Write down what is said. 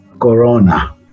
Corona